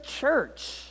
church